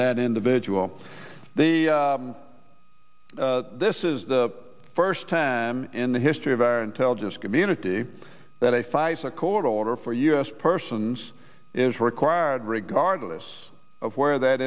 that individual this is the first time in the history of our intelligence community that a pfizer court order for u s persons is required regardless of where that